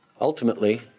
Ultimately